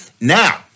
Now